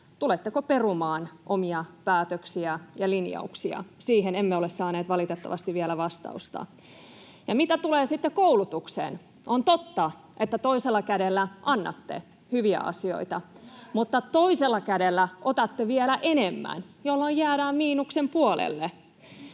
tuletteko perumaan omia päätöksiä ja linjauksia. Siihen emme ole saaneet valitettavasti vielä vastausta. Ja mitä tulee sitten koulutukseen, on totta, että toisella kädellä annatte hyviä asioita, mutta toisella kädellä otatte vielä enemmän, jolloin jäädään miinuksen puolelle.